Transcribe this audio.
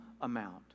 amount